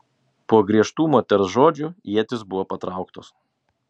po griežtų moters žodžių ietys buvo patrauktos